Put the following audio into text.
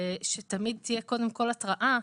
שתמיד תהיה קודם כל התראה,